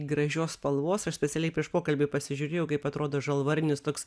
gražios spalvos aš specialiai prieš pokalbį pasižiūrėjau kaip atrodo žalvarinis toks